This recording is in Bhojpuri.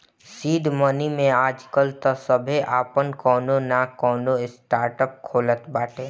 सीड मनी में आजकाल तअ सभे आपन कवनो नअ कवनो स्टार्टअप खोलत बाटे